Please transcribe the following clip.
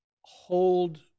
hold